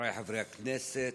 חבריי חברי הכנסת,